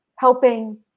Helping